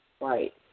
right